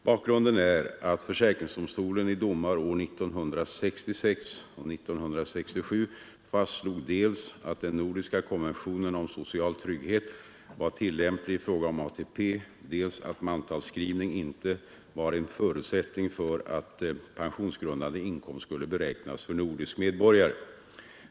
Bakgrunden är att försäkringsdomstolen i domar år 1966 och 1967 fastslog dels att den nordiska konventionen om social trygghet var tillämplig i fråga om ATP, dels att mantalsskrivning inte var en förutsättning för att pensionsgrundande inkomst skulle beräknas för nordisk medborgare.